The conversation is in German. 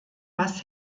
was